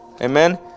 amen